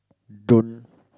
don't